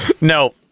No